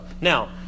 Now